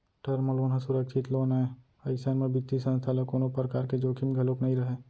term loan ह सुरक्छित loan आय अइसन म बित्तीय संस्था ल कोनो परकार के जोखिम घलोक नइ रहय